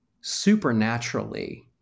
supernaturally